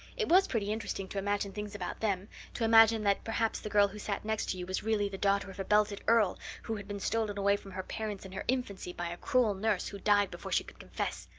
it was pretty interesting to imagine things about them to imagine that perhaps the girl who sat next to you was really the daughter of a belted earl, who had been stolen away from her parents in her infancy by a cruel nurse who died before she could confess.